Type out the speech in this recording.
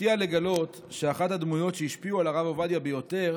מפתיע לגלות שאחת הדמויות שהשפיעו על הרב עובדיה ביותר